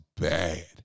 bad